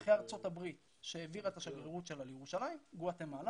אחרי ארצות הברית שהעבירה את השגרירות שלה לירושלים זה גואטמלה,